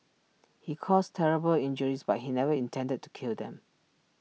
he caused terrible injuries but he never intended to kill them